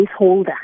placeholder